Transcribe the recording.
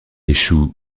échoue